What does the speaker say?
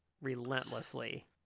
relentlessly